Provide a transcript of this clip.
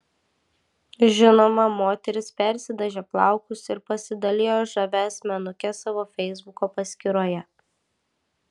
žinoma moteris persidažė plaukus ir pasidalijo žavia asmenuke savo feisbuko paskyroje